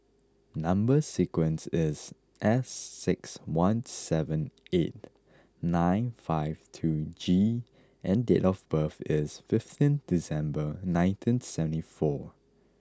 number sequence is S six one seven eight nine five two G and date of birth is fifteen December nineteen seventy four